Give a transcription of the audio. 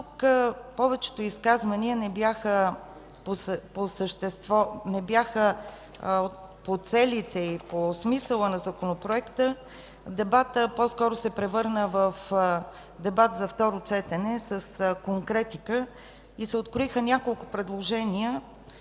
Тук повечето изказвания не бяха по целите и по смисъла на законопроекта. Дебатът по-скоро се превърна в дебат за второ четене с конкретика и се откроиха няколко предложения